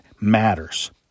matters